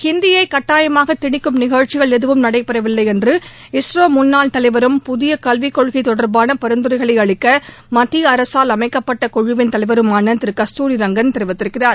ஹிந்தியை கட்டாயமாக திணிக்கும் நிகழ்ச்சிகள் எதுவும் நடைபெறவில்லை என்று இஸ்ரோ முன்னாள் தலைவரும் புதிய கல்வி கொள்கை தொடா்பான பரிந்துரைகளை அளிக்க மத்திய அரசால் அமைக்கப்பட்ட குழுவின் தலைவருமான திரு கஸ்துரி ரங்கன் கூறியிருக்கிறார்